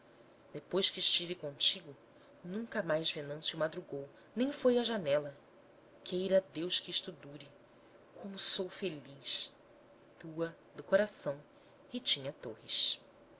depois que estive contigo nunca mais venâncio madrugou nem foi à janela queira deus que isto dure como sou feliz tua do coração ritinha torres o